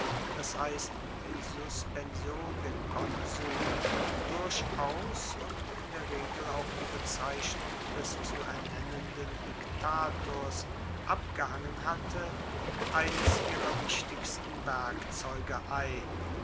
das heisst die suspension der konsuln durchaus und in der regel auch die bezeichnung des zu ernennenden diktators abgehangen hatte eines ihrer wichtigsten werkzeuge ein